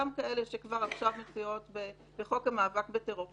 גם כאלה שכבר עכשיו מופיעות בחוק המאבק בטרור,